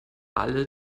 alle